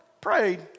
Prayed